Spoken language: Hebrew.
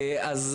אז,